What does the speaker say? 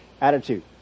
Attitude